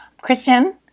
Christian